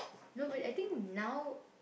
nobody I think now